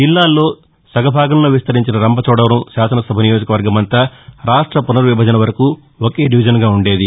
జిల్లాల్లో సగ భాగంలో విస్తరించిన రంపచోడవరం శాసన సభ నియోజకవర్గమంతా రాష్ట పునర్విభజన వరకూ ఒకటే డివిజన్గా ఉండేది